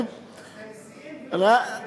רוח ונשיאים, וגשם אין.